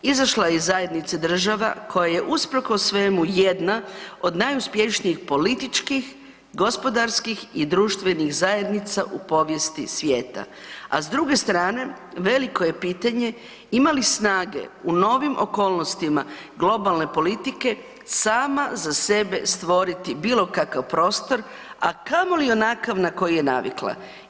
Izašla je iz zajednica država koja je usprkos svemu jedna od najuspješnijih političkih, gospodarskih i društvenih zajednica u povijesti svijeta, a s druge strane veliko je pitanje ima li snage u novim okolnostima globalne politike sama za sebe stvoriti bilo kakav prostor, a kamoli onakav na koji je navikla.